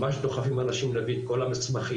ממש דוחפים אנשים להביא את כל המסמכים,